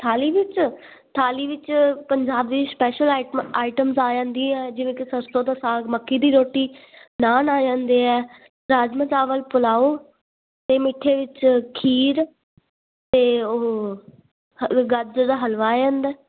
ਥਾਲੀ ਵਿੱਚ ਥਾਲੀ ਵਿੱਚ ਪੰਜਾਬ ਦੀ ਸਪੈਸ਼ਲ ਆਈਟਮ ਆ ਜਾਂਦੀ ਹ ਜਿਵੇਂ ਕਿ ਸਰਸੋ ਦਾ ਸਾਗ ਮੱਕੀ ਦੀ ਰੋਟੀ ਨਾਨ ਆ ਜਾਂਦੇ ਆ ਰਾਜਮਾਂਹ ਚਾਵਲ ਪਲਾਓ ਤੇ ਮਿੱਠੇ ਵਿੱਚ ਖੀਰ ਤੇ ਉਹ ਗਾਜਰ ਦਾ ਹਲਵਾ ਆ ਜਾਂਦਾ